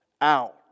out